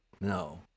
No